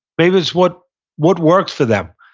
maybe it's what what works for them.